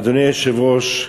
אדוני היושב-ראש,